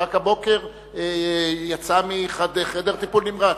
רק הבוקר הוא יצא מחדר טיפול נמרץ.